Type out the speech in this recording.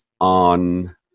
on